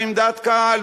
ועם דעת קהל,